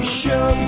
show